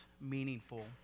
meaningful